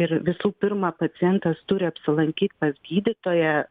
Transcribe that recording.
ir visų pirma pacientas turi apsilankyt pas gydytoją